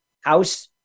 house